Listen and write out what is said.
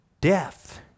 death